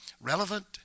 relevant